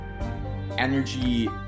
energy